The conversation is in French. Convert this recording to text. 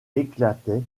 éclatait